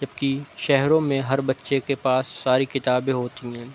جبکہ شہروں میں ہر بچے کے پاس ساری کتابیں ہوتی ہیں